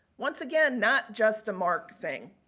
once again, not just a marc thing,